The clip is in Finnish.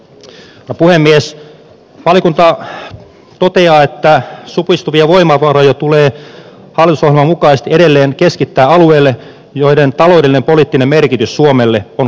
valiokunta toteaa että supistuvia voimavaroja tulee hallitusohjelman mukaisesti edelleen keskittää alueille joiden taloudellinen ja poliittinen merkitys suomelle on kasvamassa